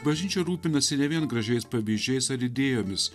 bažnyčia rūpinasi ne vien gražiais pavyzdžiais ar idėjomis